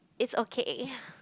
is okay